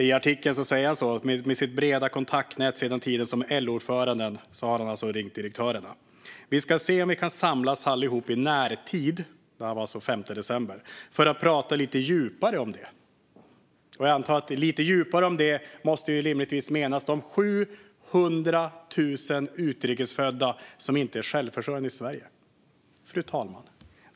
I artikeln säger han att han utifrån sitt breda kontaktnät sedan tiden som LO-ordförande har ringt direktörerna. "Vi ska se om vi kan samlas här allihopa i närtid" - det här var alltså den 5 december - "för att prata lite djupare om det." Jag antar att "lite djupare om det" rimligtvis måste betyda de 700 000 utrikesfödda som inte är självförsörjande i Sverige.